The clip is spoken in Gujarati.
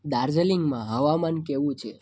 દાર્જીલિંગમાં હવામાન કેવું છે